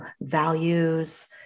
values